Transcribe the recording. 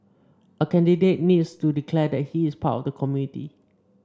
a candidate needs to declare that he is part of the community